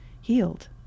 healed